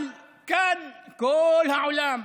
אבל כאן, כל העולם,